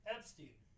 Epstein